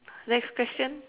next question